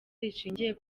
rishingiye